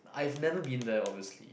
I've never been there obviously